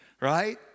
right